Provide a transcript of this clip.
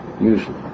usually